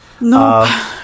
No